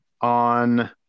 on